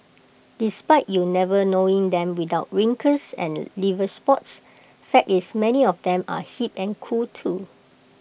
despite you never knowing them without wrinkles and liver spots fact is many of them are hip and cool too